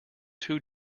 too